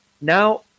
now